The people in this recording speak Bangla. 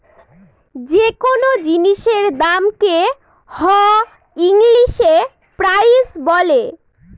যে কোনো জিনিসের দামকে হ ইংলিশে প্রাইস বলে